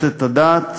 לתת את הדעת,